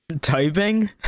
Typing